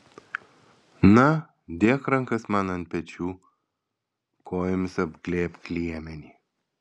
na dėk rankas man ant pečių kojomis apglėbk liemenį